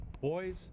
Boys